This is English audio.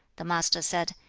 the master said,